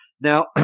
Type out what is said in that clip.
Now